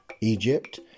Egypt